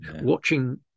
watching